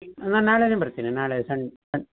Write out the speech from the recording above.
ನಾನು ನಾಳೆಯೇ ಬರ್ತೀನಿ ನಾಳೆ ಸಂ